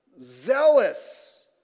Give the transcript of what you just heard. zealous